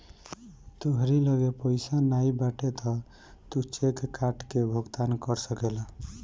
तोहरी लगे पइया नाइ बाटे तअ तू चेक काट के भुगतान कर सकेला